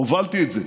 הובלתי את זה.